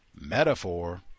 metaphor